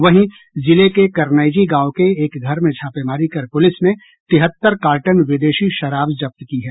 वहीं जिले के करनैजी गांव के एक घर में छापेमारी कर पुलिस ने तिहत्तर कार्टन विदेशी शराब जब्त की है